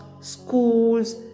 schools